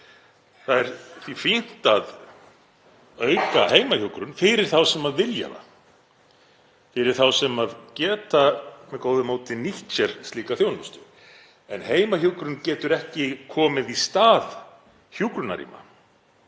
Það er því fínt að auka heimahjúkrun fyrir þá sem vilja hana, fyrir þá sem geta með góðu móti nýtt sér slíka þjónustu, en heimahjúkrun getur ekki komið í stað hjúkrunarrýma.